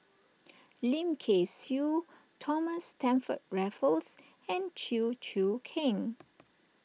Lim Kay Siu Thomas Stamford Raffles and Chew Choo Keng